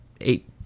eight